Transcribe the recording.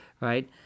right